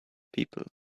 people